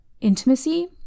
intimacy